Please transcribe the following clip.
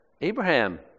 Abraham